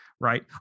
right